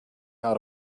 out